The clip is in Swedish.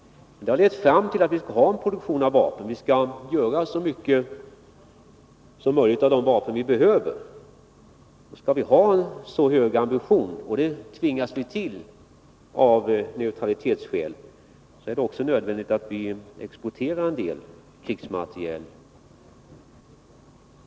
Det har lett fram till att vi skall ha produktion av vapen, att vi skall göra så mycket som möjligt av de vapen vi behöver. Skall vi ha en så hög ambition — vilket vi tvingas till av neutralitetsskäl — är det också nödvändigt att exportera en del krigsmateriel.